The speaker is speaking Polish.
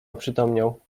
oprzytomniał